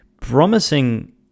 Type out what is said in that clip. promising